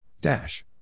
Dash